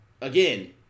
again